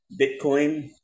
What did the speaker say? Bitcoin